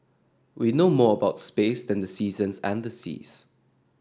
we know more about space than the seasons and the seas